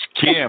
Kim